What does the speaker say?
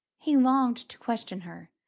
he longed to question her,